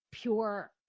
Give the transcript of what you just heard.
pure